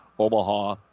Omaha